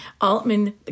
Altman